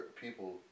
people